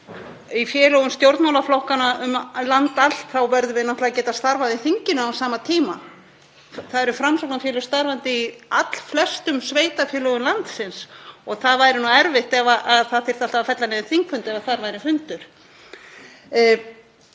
í félögum stjórnmálaflokkanna um land allt þá verðum við náttúrlega að getað starfað í þinginu á sama tíma. Það eru Framsóknarfélög starfandi í allflestum sveitarfélögum landsins og það væri erfitt ef alltaf þyrfti að fella niður þingfund ef þar væri fundur.